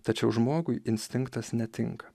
tačiau žmogui instinktas netinka